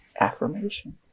affirmation